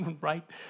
right